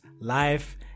life